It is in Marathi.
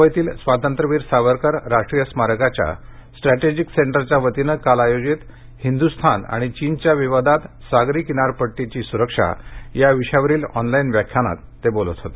मुंबइतील स्वातंत्र्यवीर सावरकर राष्ट्रीय स्मारकाच्या स्ट्रॅटेजिक सेंटरच्या वतीनं काल आयोजित हिंद्रस्थान आणि चीनच्या विवादात सागरी किनारपट्टीची सुरक्षा या विषयावरील ऑनलाईन व्याख्यानात ते बोलत होते